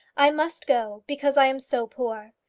i must go, because i am so poor.